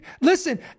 listen